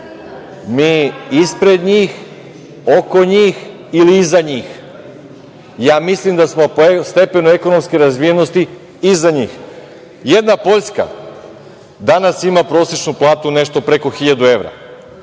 mi ispred njih, oko njih ili iza njih? Mislim da smo po stepenu ekonomske razvijenosti iza njih. Jedna Poljska danas ima prosečnu platu nešto preko 1.000 evra.